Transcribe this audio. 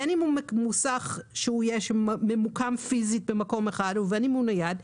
בין אם זה מוסך שממוקם פיזית במקום ובין אם הוא נייד,